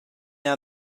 down